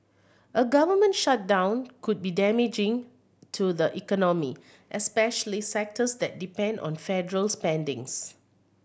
a government shutdown could be damaging to the economy especially sectors that depend on federal spending's